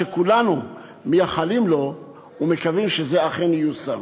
שכולנו מייחלים לו ומקווים שזה אכן ייושם.